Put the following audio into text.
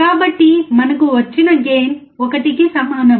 కాబట్టి మనకు వచ్చిన గెయిన్ 1 కు సమానం